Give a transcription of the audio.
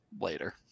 later